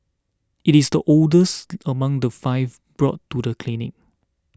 it is the oldest among the five brought to the clinic